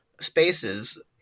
spaces